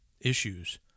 issues